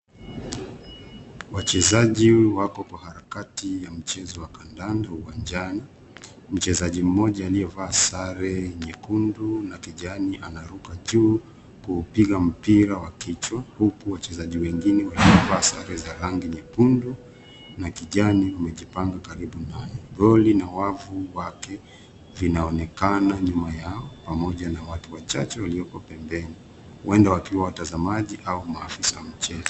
Wachezaji wako kwa harakati ya mchezo wa kandanda uwanjani. Mchezaji mmoja aliyevaa sare nyekundu na kijani anaruka juu kupiga mpira wa kichwa huku wachezaji wengine wakivaa sare za rangi nyekundu na kijani wamejipanga karibu na goli na wavu wake vinaonekena nyuma yao pamoja na watu wachache walioko pembeni huenda wakiwa watazamaji au maafisa wa mchezo.